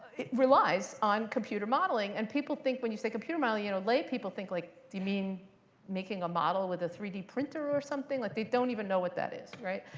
it relies on computer modeling. and people think, when you say computer modeling, you know lay people think like, do you mean making a model with a three d printer or something. like they don't even know what that is. right?